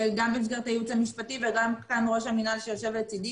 גם במסגרת הייעוץ המשפטי וגם סגן ראש המינהל שיושב לצדי,